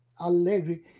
Allegri